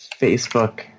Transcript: Facebook